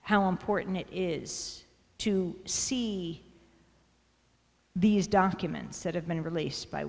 how important it is to see these documents that have been released by